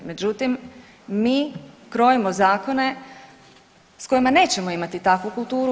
Međutim, mi krojimo zakone s kojima nećemo imati takvu kulturu.